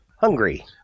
Hungry